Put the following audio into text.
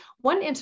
One